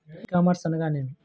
ఈ కామర్స్ అనగానేమి?